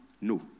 no